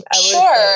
Sure